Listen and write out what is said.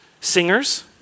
singers